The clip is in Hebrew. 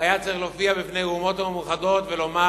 היה צריך להופיע בפני האומות המאוחדות ולומר